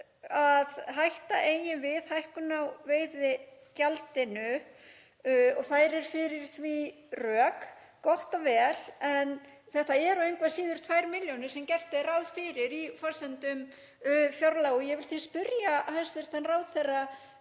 að hætta eigi við hækkun á veiðigjaldinu og færir fyrir því rök. Gott og vel, en þetta eru engu að síður tvær milljónir sem gert er ráð fyrir í forsendum fjárlaga. Ég vil því spyrja hæstv. ráðherra: